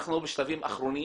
אנחנו בשלבים אחרונים,